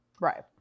Right